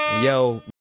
Yo